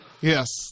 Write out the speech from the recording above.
Yes